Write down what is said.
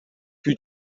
più